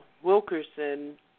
Wilkerson